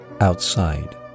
outside